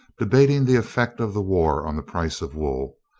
debating the effect of the war on the price of wool,